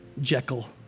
Jekyll